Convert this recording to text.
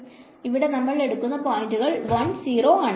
ഇവിടെ നമ്മൾ എടുക്കുന്ന പോയിന്റുകൾ 10 ആണ്